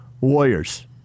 Warriors